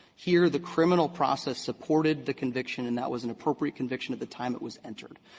here, the criminal process supported the conviction and that was an appropriate conviction at the time it was entered.